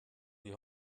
die